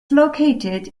located